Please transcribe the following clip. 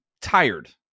tired